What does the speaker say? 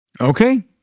Okay